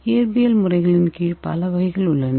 இயற்பியல் முறைகளின் கீழ் பல வகைகள் உள்ளன